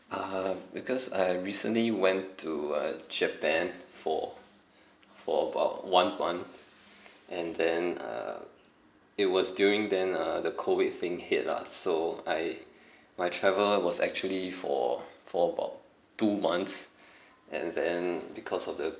uh because I recently went to uh japan for for about one month and then uh it was during then uh the COVID thing hit lah so I my travel was actually for for about two months and then because of the